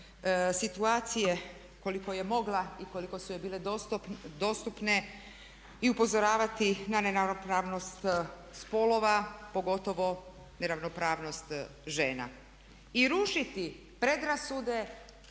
situacije koliko je mogla i koliko su je bile dostupne i upozoravati na ne ravnopravnost spolova pogotovo ne ravnopravnost žena. I rušiti predrasude